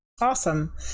awesome